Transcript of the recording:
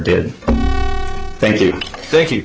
did thank you thank you